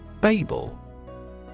Babel